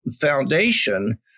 foundation